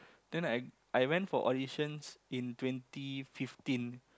then I I went for auditions in twenty fifteen